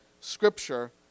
scripture